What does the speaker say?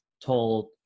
told